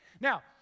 Now